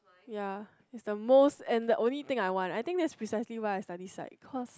ya is the most and the only thing I want I think that's precisely why I studied psych because